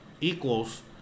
equals